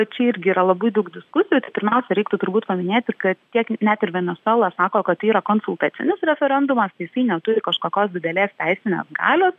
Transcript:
čia irgi yra labai daug diskusijų tai pirmiausia reiktų turbūt paminėti kad tiek net ir venesuela sako kad tai yra konsultacinis referendumas jisai neturi kažkokios didelės teisinės galios